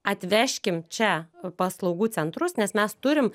atveškim čia paslaugų centrus nes mes turim